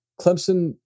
Clemson